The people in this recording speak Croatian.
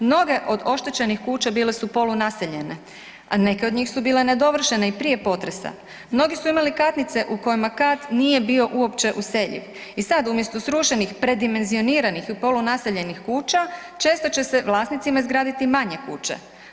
Mnoge od oštećenih kuća bila su polunaseljene, a neke od njih su bile nedovršene i prije potresa, mnogi su imali katnice u kojima kat nije bio uopće useljiv i sad umjesto srušenih predimenzioniranih i polunaseljenih kuća često će se vlasnicima izgraditi manje kuće.